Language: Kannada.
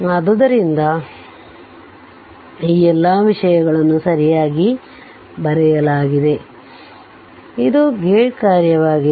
ಆದ್ದರಿಂದ ಈ ಎಲ್ಲ ವಿಷಯಗಳನ್ನು ಸರಿಯಾಗಿ ಬರೆಯಲಾಗಿದೆ ಇದು ಗೇಟ್ ಕಾರ್ಯವಾಗಿದೆ